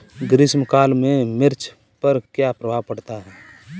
ग्रीष्म काल में मिर्च पर क्या प्रभाव पड़ता है?